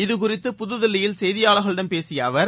இது குறித்து புதுதில்லியில் செய்தியாளர்களிடம் பேசியஅவர்